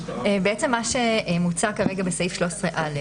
מה שמוצע כרגע בסעיף 13א,